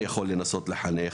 אני יכול לנסות לחנך,